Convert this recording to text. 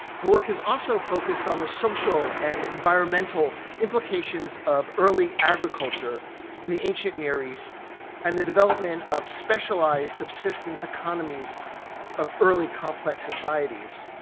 her work has also focused on the social and environmental implications of early agriculture in the ancient near east and the development of specialized subsistence economies of early complex societies.